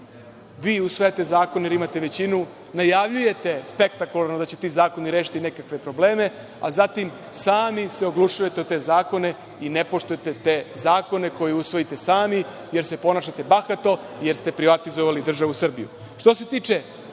vi usvajate zakone jer imate većinu, najavljujete spektakularno da će ti zakoni rešiti nekakve probleme, a zatim sami se oglušujete o te zakone i ne poštujete ta zakone koje usvojite sami jer se ponašate bahato, jer ste privatizovali državu Srbiju. Što